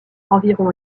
environ